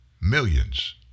millions